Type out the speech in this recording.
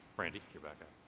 brandee rebecca